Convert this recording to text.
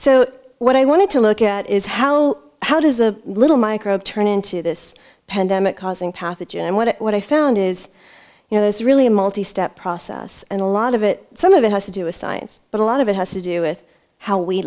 so what i wanted to look at is how how does a little microbe turn into this pandemic causing pathogen and what i found is you know there's really a multi step process and a lot of it some of it has to do with science but a lot of it has to do with how we